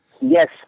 Yes